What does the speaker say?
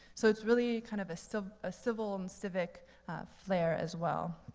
so it's really kind of so a civil and civic flare as well.